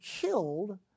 killed